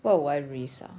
what will I risk ah